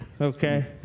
okay